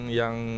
yang